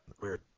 Weird